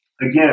Again